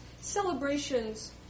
celebrations